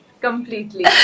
completely